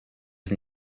sie